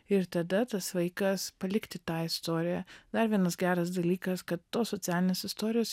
ir tada tas vaikas palikti tą istoriją dar vienas geras dalykas kad tos socialinės istorijos